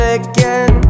again